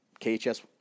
KHS